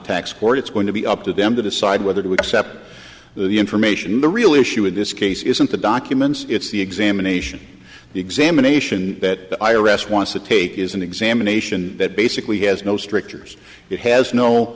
tax court it's going to be up to them to decide whether to accept the information the real issue in this case isn't the documents it's the examination the examination that the i r s wants to take is an examination that basically has no strictures it has no